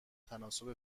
تناسب